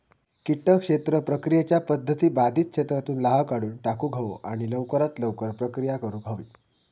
किटक क्षेत्र प्रक्रियेच्या पध्दती बाधित क्षेत्रातुन लाह काढुन टाकुक हवो आणि लवकरात लवकर प्रक्रिया करुक हवी